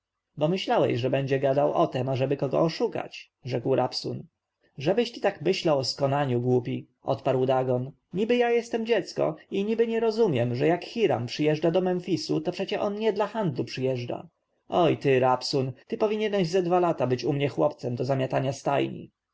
myślałeś że będziecie gadali o tem ażeby kogo oszukać rzekł rabsun żebyś ty tak myślał o skonaniu głupi odparł dagon niby ja jestem dziecko i niby nie rozumiem że jak hiram przyjeżdża do memfisu to przecie on nie dla handlu przyjeżdża oj ty rabsun tyś powinien ze dwa lata być u mnie chłopcem do zamiatania stajni